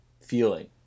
Feeling